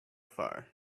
far